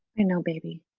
i know baby.